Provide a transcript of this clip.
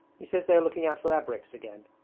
he says they are looking out for abreks again.